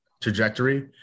trajectory